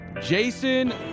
jason